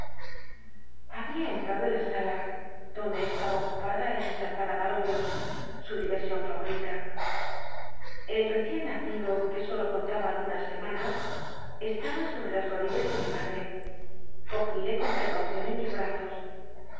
habia entrado en la sala donde estaba ocupada en ensartar abalorios su diversion fayoi'ita el reciennacido que solo contaba algunas semanas estaba sobre las odillas de mi mache cogile con precaucion en mis brazos